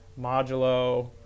Modulo